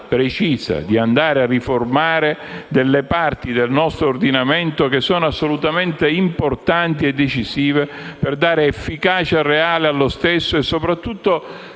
di riformare delle parti del nostro ordinamento che sono assolutamente importanti e decisive per dare efficacia reale allo stesso e soprattutto